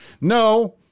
No